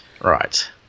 right